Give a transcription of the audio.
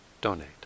donate